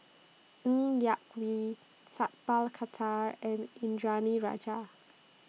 Ng Yak Whee Sat Pal Khattar and Indranee Rajah